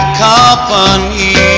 company